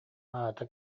аата